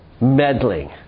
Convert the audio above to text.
meddling